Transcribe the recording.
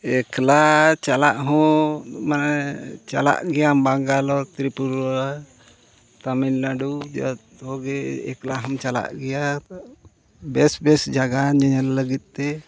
ᱮᱠᱞᱟ ᱪᱟᱞᱟᱜ ᱦᱚᱸ ᱢᱟᱱᱮ ᱪᱟᱞᱟᱜ ᱜᱮᱭᱟᱢ ᱵᱮᱝᱜᱟᱞᱳᱨ ᱛᱨᱤᱯᱩᱨᱟ ᱛᱟᱹᱢᱤᱞᱱᱟᱹᱰᱩ ᱡᱚᱛᱚᱜᱮ ᱮᱠᱞᱟ ᱦᱚᱢ ᱪᱟᱞᱟᱜ ᱜᱮᱭᱟ ᱵᱮᱥ ᱵᱮᱥ ᱡᱟᱭᱜᱟ ᱧᱮᱧᱮᱞ ᱞᱟᱹᱜᱤᱫ ᱛᱮ